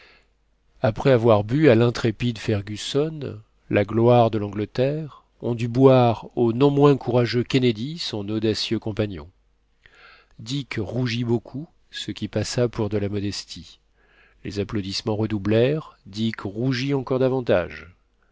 après avoir bu à l'intrépide fergusson la gloire de l'angleterre on dut boire au non moins courageux kennedy son audacieux compagnon dick rougit beaucoup ce qui passa pour de la modestie les applaudissements redoublèrent dick rougit encore davantage